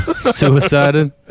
Suicided